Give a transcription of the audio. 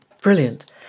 Brilliant